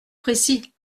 précis